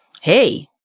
hey